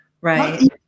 right